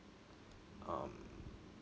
um